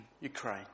Ukraine